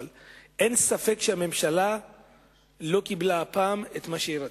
אבל אין ספק שהממשלה לא קיבלה הפעם את מה שהיא רצתה.